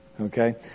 Okay